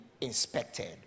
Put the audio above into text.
inspected